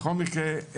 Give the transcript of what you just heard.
בכל מקרה,